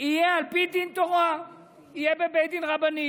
יהיה על פי דין תורה בבית דין רבני